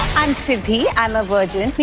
i'm siddhi. i'm a virgin.